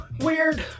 Weird